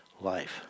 life